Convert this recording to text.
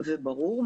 וברור,